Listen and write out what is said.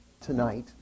tonight